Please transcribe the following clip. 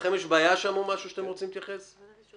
לכם יש בעיה או משהו שאתם רוצים להתייחס אליו?